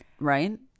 right